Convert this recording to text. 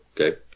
Okay